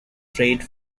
trade